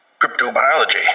Cryptobiology